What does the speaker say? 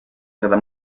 seda